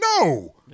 No